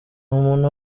umuntu